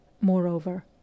Moreover